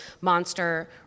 Monster